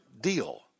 deal